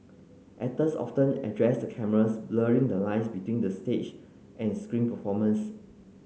actors often addressed the cameras blurring the lines between the stage and screen performances